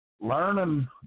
learning